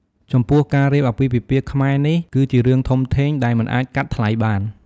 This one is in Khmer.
ចំពោះ ការរៀបអាពាហ៍ពិពាហ៍ខ្មែរនេះ គឺជារឿងធំធេងដែលមិនអាចកាត់ថ្លៃបាន។